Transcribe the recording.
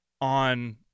on